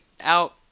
out